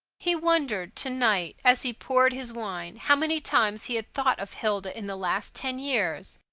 he wondered to-night, as he poured his wine, how many times he had thought of hilda in the last ten years.